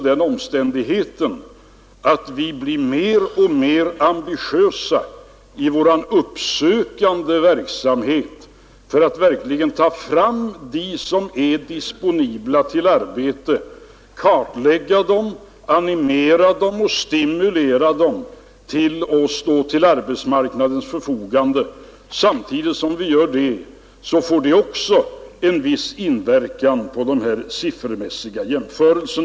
Den omständigheten att vi blir mer och mer ambitiösa i vår uppsökande verksamhet för att verkligen ta fram dem som är disponibla för arbete, kartlägga dem, animera och stimulera dem att stå till arbetsmarknadens förfogande, får naturligtvis samtidigt en viss inverkan på dessa siffermässiga jämförelser.